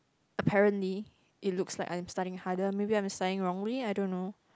apparently it looks like I am studying harder maybe I'm studying wrongly I don't know